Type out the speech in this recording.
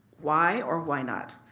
why or why not?